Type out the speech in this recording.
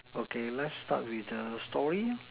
okay let start with the story